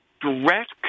direct